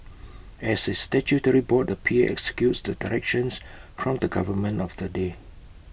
as A statutory board the P A executes the directions from the government of the day